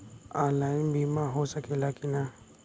Online बीमा हो सकेला की ना?